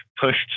pushed